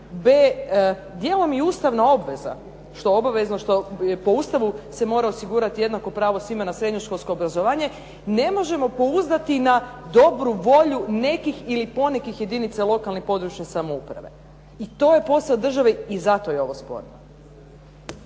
B dijelom i ustavna obveza. Što obavezno, što po Ustavu se mora osigurati jednako pravo svima na srednjoškolsko obrazovanje ne možemo pouzdati na dobru volju nekih ili ponekih jedinica lokalne i područne samouprave. I to je posao države i zato je ovo sporno.